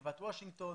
גבעת וושינגטון,